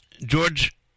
George